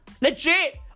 Legit